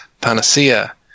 Panacea